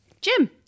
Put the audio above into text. Jim